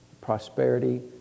prosperity